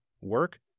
work